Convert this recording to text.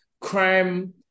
crime